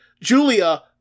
Julia